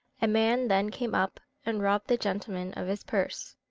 a man then came up, and robbed the gentleman of his purse.